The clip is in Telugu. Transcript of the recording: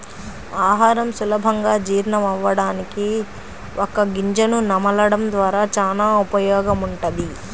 ఆహారం సులభంగా జీర్ణమవ్వడానికి వక్క గింజను నమలడం ద్వారా చానా ఉపయోగముంటది